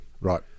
Right